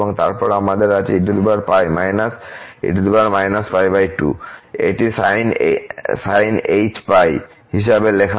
এবং তারপর আমাদের আছে eπ−e−π 2 এটি sinh π হিসাবে লেখা হয়েছে